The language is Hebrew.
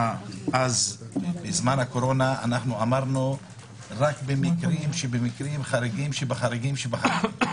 אז בזמן הקורונה אמרנו שרק במקרים חריגים שבחריגים.